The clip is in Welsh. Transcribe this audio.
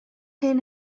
hyn